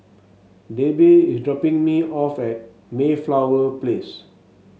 Debbie is dropping me off at Mayflower Place